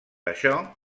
això